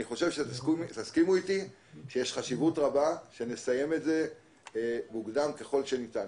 אני חושב שתסכימו איתי שיש חשיבות רבה שנסיים את זה מוקדם ככל שניתן.